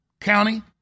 county